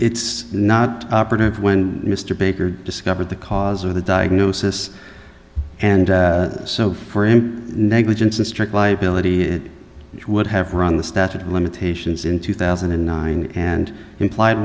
it's not operative when mr baker discovered the cause of the diagnosis and so for him negligence and strict liability it would have run the statute of limitations in two thousand and nine and implied